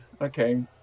okay